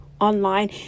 online